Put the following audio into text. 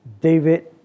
David